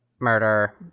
murder